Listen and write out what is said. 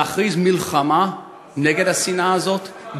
להכריז מלחמה נגד השנאה הזאת,